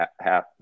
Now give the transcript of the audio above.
half